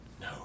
No